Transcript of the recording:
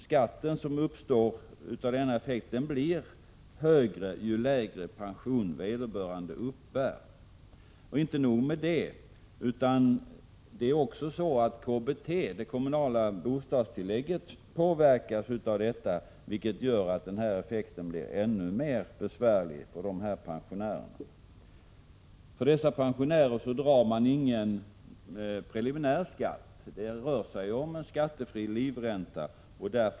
1986/87:113 högre ju lägre pension vederbörande uppbär. Inte nog med det. KBT, det kommunala bostadstillägget, påverkas också av detta, vilket gör att denna effekt blir ännu mer besvärlig för dessa pensionärer. För dem drar man ingen preliminär skatt, eftersom det rör sig om en skattefri livränta.